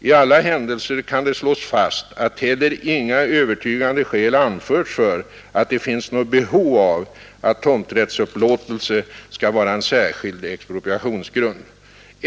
I alla händelser kan det slås fast att heller inga övertygande skäl förebragts för att det finns något behov av att tomträttsupplåtelse skall vara en särskild expropriationsgrund.